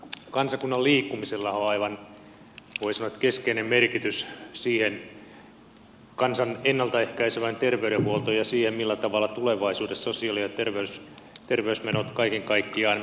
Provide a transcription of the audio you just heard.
kansakunnan liikkumisellahan on aivan voi sanoa keskeinen merkitys kansan ennalta ehkäisevälle terveydenhuollolle ja sille millä tavalla tulevaisuudessa sosiaali ja terveysmenot kaiken kaikkiaan kehittyvät